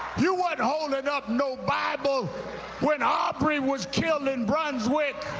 you weren't holding up no bible when aubrey was killed in brunswick,